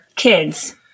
kids